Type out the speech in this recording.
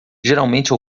geralmente